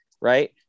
right